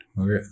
Okay